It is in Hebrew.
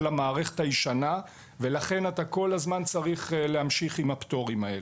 המערכת הישנה ולכן אתה כל הזמן צריך להמשיך עם הפטורים האלה.